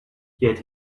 yet